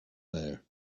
there